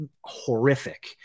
horrific